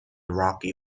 rocky